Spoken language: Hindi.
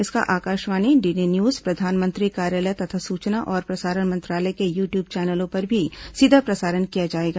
इसका आकाशवाणी डीडी न्यूज प्रधानमंत्री कार्यालय तथा सूचना और प्रसारण मंत्रालय के यू ट्यूब चैनलों पर भी सीधा प्रसारण किया जायेगा